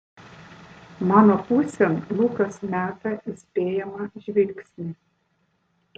mano pusėn lukas meta įspėjamą žvilgsnį